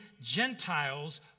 Gentiles